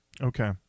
okay